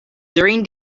during